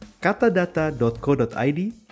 katadata.co.id